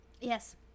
yes